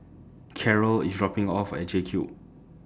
Carrol IS dropping Me off At JCube